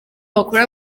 bakora